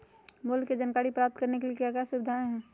मूल्य के जानकारी प्राप्त करने के लिए क्या क्या सुविधाएं है?